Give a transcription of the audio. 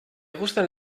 gustan